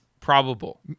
probable